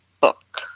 book